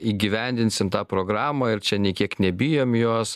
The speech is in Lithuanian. įgyvendinsim tą programą ir čia nei kiek nebijom jos